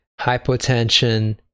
hypotension